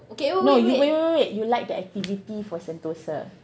no you wait wait wait you like the activity for Sentosa